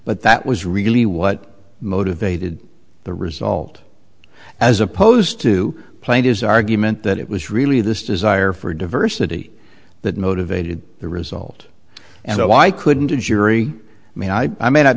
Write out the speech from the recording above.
but that was really what motivated the result as opposed to playing his argument that it was really this desire for diversity that motivated the result and so i couldn't a jury i mean i i may not